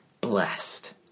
blessed